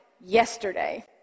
yesterday